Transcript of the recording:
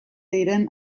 diren